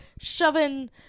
shoving